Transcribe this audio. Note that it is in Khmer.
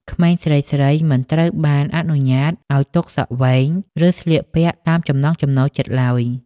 ក្មេងស្រីៗមិនត្រូវបានអនុញ្ញាតឱ្យទុកសក់វែង ឬស្លៀកពាក់តាមចំណង់ចំណូលចិត្តឡើយ។